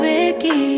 Ricky